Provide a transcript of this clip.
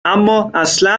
امااصلا